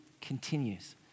continues